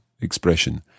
expression